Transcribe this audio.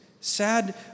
Sad